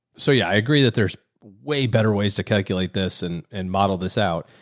so, yeah, i agree that there's way better ways to calculate this and, and model this out.